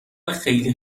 خیلی